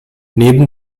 neben